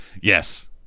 Yes